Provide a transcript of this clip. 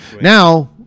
now